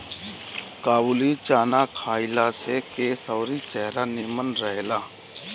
काबुली चाना खइला से केस अउरी चेहरा निमन रहेला